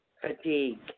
fatigue